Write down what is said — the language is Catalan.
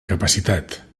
capacitat